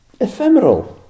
ephemeral